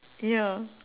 ya